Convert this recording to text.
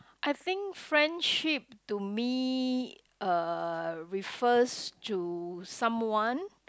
I think friendship to me uh refers to someone